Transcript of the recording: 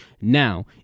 Now